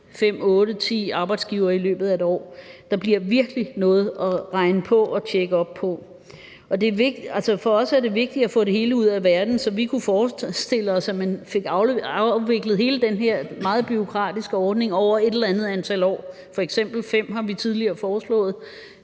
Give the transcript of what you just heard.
otte, ti arbejdsgivere i løbet af et år. Der bliver virkelig noget at regne på og tjekke op på. For os er det vigtigt at få det hele ud af verden, så vi kunne forestille os, at man fik afviklet hele den her meget bureaukratiske ordning over et eller andet antal år, f.eks. 5 år, som vi tidligere har foreslået,